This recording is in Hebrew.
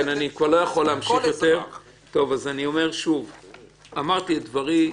אמרתי את דברי.